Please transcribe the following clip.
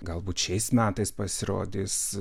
galbūt šiais metais pasirodys